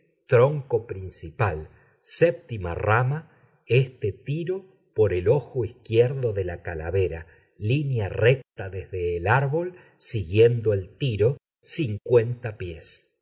tronco principal séptima rama este tiro por el ojo izquierdo de la calavera línea recta desde el árbol siguiendo el tiro cincuenta pies